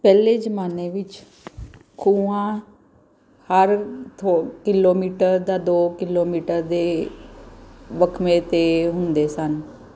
ਪਹਿਲੇ ਜ਼ਮਾਨੇ ਵਿੱਚ ਖੂਹਾਂ ਹਰ ਥੋ ਕਿਲੋਮੀਟਰ ਜਾਂ ਦੋ ਕਿਲੋਮੀਟਰ ਦੇ ਵੱਖਮੇ 'ਤੇ ਹੁੰਦੇ ਸਨ